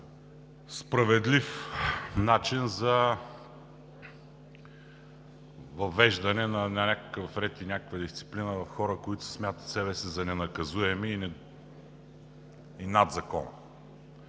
справедлив начин за въвеждане на някакъв ред и дисциплина за хора, които смятат себе си за ненаказуеми и над закона.